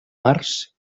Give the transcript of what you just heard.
març